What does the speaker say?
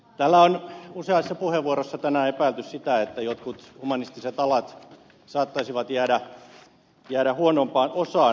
täällä on useassa puheenvuorossa tänään epäilty sitä että jotkut humanistiset alat saattaisivat jäädä huonompaan osaan rahoituksessa